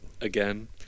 again